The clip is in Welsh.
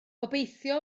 gobeithio